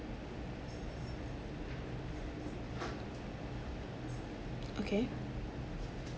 okay